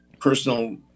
personal